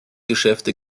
geschäfte